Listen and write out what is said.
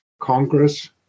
Congress